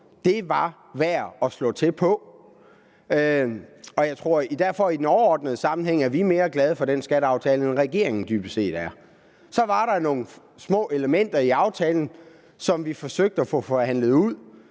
en overordnet sammenhæng, at vi er mere glade for den skatteaftale, end regeringen dybest set er. Så var der nogle små elementer i aftalen, som vi forsøgte at få forhandlet ud.